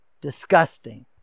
disgusting